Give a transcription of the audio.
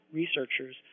researchers